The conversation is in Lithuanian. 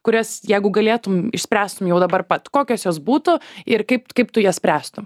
kurias jeigu galėtumei išspręstum jau dabar pat kokios jos būtų ir kaip kaip tu ją spręstum